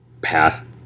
past